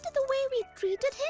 the way we treated him?